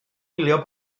wylio